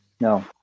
No